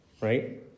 right